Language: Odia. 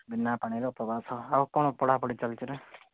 ବିନା ପାଣିରେ ଉପବାସ ଆଉ କଣ ପଢ଼ାପଢ଼ି ଚାଲିଛିରେ